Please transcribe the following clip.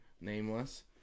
nameless